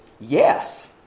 yes